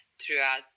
throughout